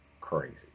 crazy